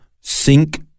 sink